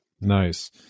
Nice